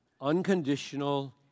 unconditional